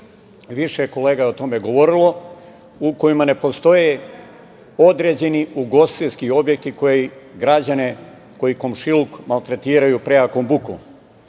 više kolega je o tome govorili, u kojima ne postoje određen ugostiteljski objekti koji građane, koje komšiluk maltretiraju prejakom bukom.